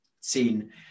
seen